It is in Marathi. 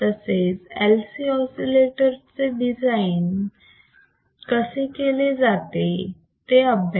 तसेच LC ऑसिलेटर कसे डिझाईन केले जातात ते अभ्यासा